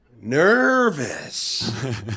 nervous